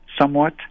somewhat